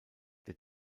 der